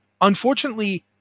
unfortunately